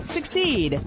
Succeed